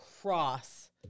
cross